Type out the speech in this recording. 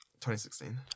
2016